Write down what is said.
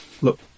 Look